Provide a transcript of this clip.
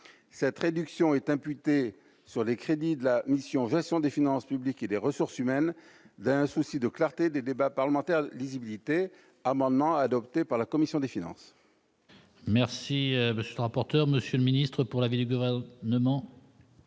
cette réduction est imputée sur les crédits de la mission gestion des finances publiques et des ressources humaines d'un souci de clarté des débats parlementaires lisibilité amendements adoptés par la commission des finances. Merci, monsieur le rapporteur, monsieur le ministre pour la ville et